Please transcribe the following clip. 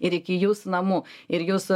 ir iki jūsų namų ir jūs